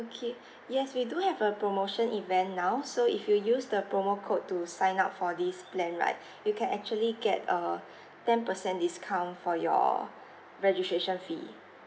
okay yes we do have a promotion event now so if you use the promo code to sign up for this plan right you can actually get a ten percent discount for your registration fee